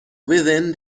within